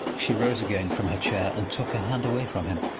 she rose again from her chair, and took her hand away from him.